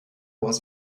was